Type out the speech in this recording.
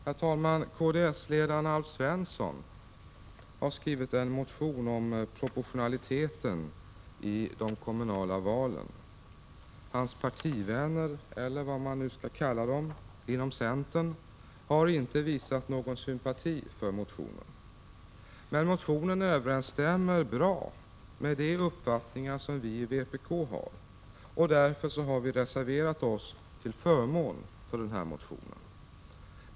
Herr talman! Kds-ledaren, Alf Svensson, har väckt en motion om proportionaliteten i de kommunala valen. Hans partivänner, eller vad man nu skall kalla dem, inom centern har inte visat någon sympati för motionen. Motionen överensstämmer dock bra med de uppfattningar som vi i vpk har, och därför har vi reserverat oss till förmån för denna motion.